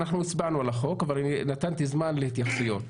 אנחנו הצבענו על החוק, אבל נתתי זמן להתייחסויות.